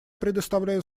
предоставляю